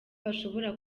bashobora